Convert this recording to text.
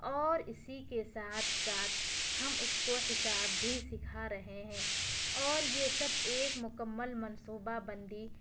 اور اسی کے ساتھ ساتھ ہم اس کو حساب بھی سکھا رہے ہیں اور یہ سب ایک مکمل منصوبہ بندی